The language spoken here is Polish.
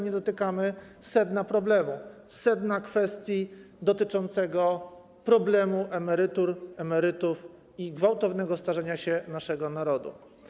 Nie dotykamy sedna problemu, sedna kwestii dotyczącej emerytur, emerytów i gwałtownego starzenia się naszego narodu.